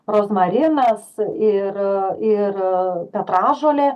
rozmarinas ir ir petražolė